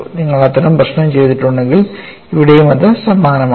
നിങ്ങൾ അത്തരം പ്രശ്നം ചെയ്തിട്ടുണ്ടെങ്കിൽ ഇവിടെയും അത് സമാനമാണ്